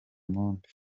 monde